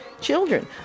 children